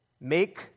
Make